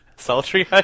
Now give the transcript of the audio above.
Sultry